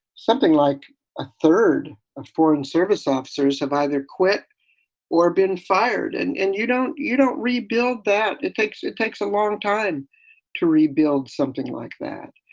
something like a third of foreign service officers have either quit or been fired and and you don't you don't rebuild that. it takes it takes a long time to rebuild something like that.